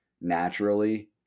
naturally